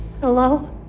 Hello